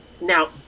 Now